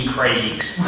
Craigs